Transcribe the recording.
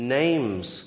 names